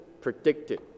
predicted